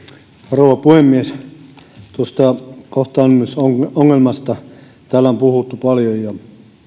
rouva puhemies tuosta kohtaantumisongelmasta täällä on puhuttu paljon ja